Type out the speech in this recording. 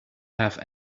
have